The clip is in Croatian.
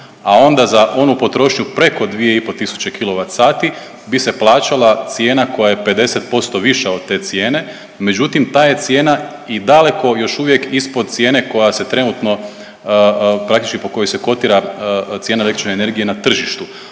a onda za onu potrošnju preko 2 i pol tisuće kilovat sati bi se plaćala cijena koja je 50% viša od te cijene. Međutim, ta je cijena i daleko još uvijek ispod cijene koja se trenutno praktički po kojoj se kotira cijena električne energije na tržištu.